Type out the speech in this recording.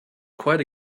quite